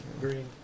Green